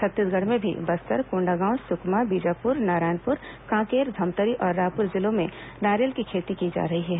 छत्तीसगढ़ में भी बस्तर कोंडागांव सुकमा बीजापुर नारायणपुर कांकेर धमतरी और रायपुर जिलों में नारियल की खेती की जा रही है